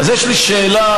ואחריה,